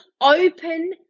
open